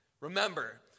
Remember